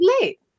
late